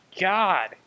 God